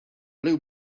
blue